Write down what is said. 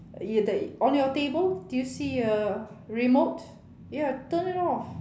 ya the on your table do you see a remote ya turn it off